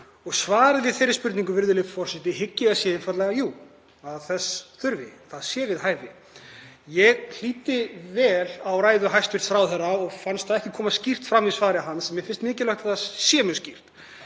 Svarið við þeirri spurningu hygg ég að sé einfaldlega: Jú, að þess þurfi, það sé við hæfi. Ég hlýddi vel á ræðu hæstv. ráðherra og fannst það ekki koma skýrt fram í svari hans, sem mér finnst mikilvægt að sé mjög skýrt.